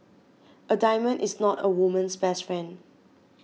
a diamond is not a woman's best friend